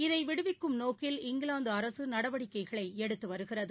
இதை விடுவிக்கும் நோக்கில் இங்கிலாந்து அரசு நடவடிக்கைகள் எடுத்து வருகிறது